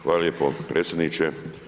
Hvala lijepo predsjedniče.